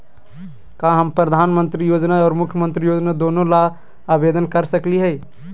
का हम प्रधानमंत्री योजना और मुख्यमंत्री योजना दोनों ला आवेदन कर सकली हई?